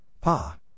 pa